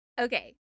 okay